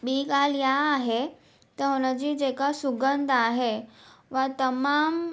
ॿी ॻाल्हि इहा आहे त हुनजी जेका सुगंध आहे हूअ तमामु